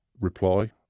reply